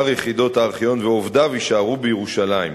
ושאר יחידות הארכיון ועובדיו יישארו בירושלים.